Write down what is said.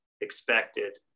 expected